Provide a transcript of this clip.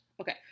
Okay